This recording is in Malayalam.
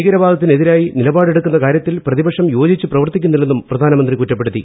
ഭീകരവാദത്തിനെതിരായി നിലപാട് എടുക്കുന്ന കാര്യത്തിൽ പ്രതിപക്ഷം യോജിച്ച് പ്രവർത്തിക്കുന്നില്ലെന്നും പ്രശ്മാനമന്ത്രി കുറ്റപ്പെടുത്തി